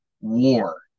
war